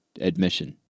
admission